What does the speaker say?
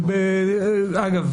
אגב,